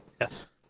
Yes